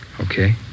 Okay